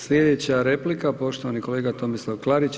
Slijedeća replika poštovani kolega Tomislav Klarić.